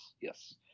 yes